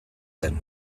zen